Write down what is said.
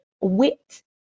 wit